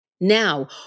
Now